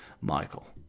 michael